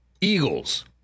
Eagles